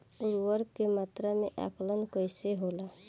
उर्वरक के मात्रा में आकलन कईसे होला?